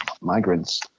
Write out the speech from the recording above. migrants